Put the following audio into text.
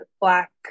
Black